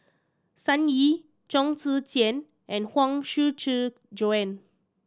Sun Yee Chong Tze Chien and Huang Shiqi Joan